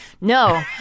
No